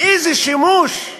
איזה שימוש,